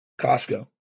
Costco